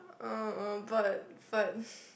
ah ah but but